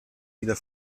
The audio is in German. wieder